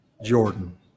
jordan